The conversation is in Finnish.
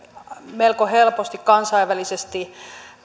melko helposti kansainvälisesti